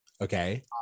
Okay